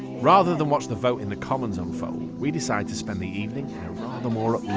rather than watch the vote in the commons unfold, we decide to spend the evening in a rather more